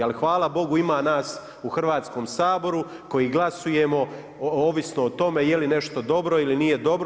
Ali hvala Bogu ima nas u Hrvatskom saboru koji glasujemo ovisno o tome je li nešto dobro ili nije dobro.